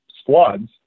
squads